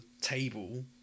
table